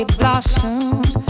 blossoms